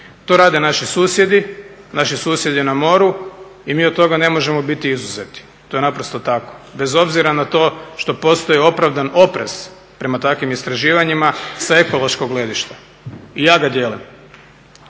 To rade naši susjedi, naši susjedi na moru i mi od toga ne možemo biti izuzeti, to je naprosto tako. Bez obzira na to što postoji opravdan oprez prema takvim istraživanjima sa ekološkog gledišta, i ja ga dijelim.